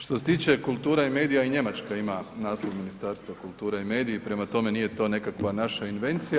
Što se tiče kultura i medija, i Njemačka ima naslov Ministarstvo kulture i medija, prema tome, nije to nekakva naša invencija.